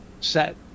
set